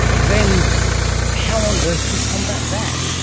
then how on earth do you combat that?